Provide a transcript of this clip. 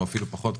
או אפילו פחות,